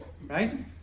right